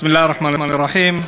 בסם אללה א-רחמאן א-רחים.